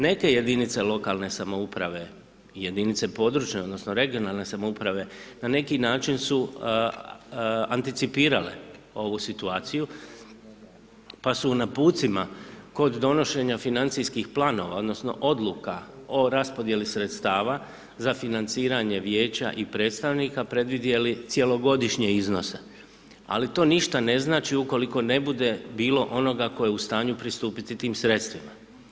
Neke jedinice lokalne samouprave i jedinice područne odnosno regionalne samouprave na neki način su anticipirale ovu situaciju pa su u napucima kod donošenja financijskih planova odnosno odluka o raspodjeli sredstava za financiranje vijeća i predstavnika predvidjeli cjelogodišnje iznose, ali to ništa ne znači ukoliko ne bude bilo onoga ko je u stanju pristupiti tim sredstvima.